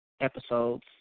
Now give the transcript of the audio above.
episodes –